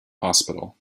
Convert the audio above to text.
hospital